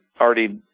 already